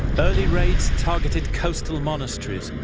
early raids targeted coastal monasteries.